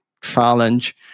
challenge